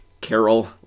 Carol